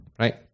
right